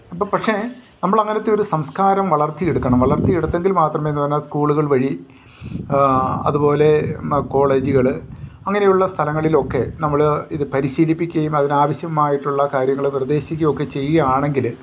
അപ്പം പക്ഷെ നമ്മളങ്ങനത്തെ ഒരു സംസ്കാരം വളർത്തി എടുക്കണം വളർത്തി എടുത്തെങ്കിൽ മാത്രമേയെന്നു പറഞ്ഞാൽ സ്കൂളുകൾ വഴി അതു പോലെ കോളേജുകൾ അങ്ങനെയുള്ള സ്ഥലങ്ങളിൽ ഒക്കെ നമ്മൾ ഇതു പരിശീലിപ്പിക്കുകയും അതിനാവശ്യമായിട്ടുള്ള കാര്യങ്ങൾ നിർദേശിക്കുകയൊക്കെ ചെയ്യുകയാണെങ്കിൽ